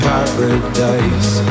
Paradise